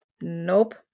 Nope